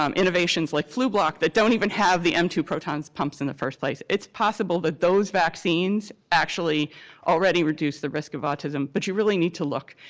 um innovations, like flublok, that don't even have the m two proton pumps in the first place. it's possible that those vaccines actually already reduce the risk of autism, but you really need to look.